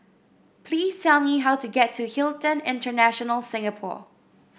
please tell me how to get to Hilton International Singapore